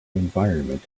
environment